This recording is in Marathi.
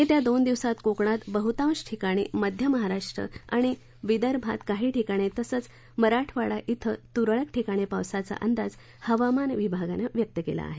येत्या दोन दिवसात कोकणात बहुतांश ठिकाणी मध्य महाराष्ट्र आणि विदर्भात काही ठिकाणी तसंच मराठवाडा ॐ तुरळक ठिकाणी पावसाचा अंदाज हवामान विभागानं व्यक्त केला आहे